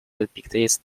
beaches